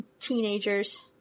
Teenagers